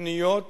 פניות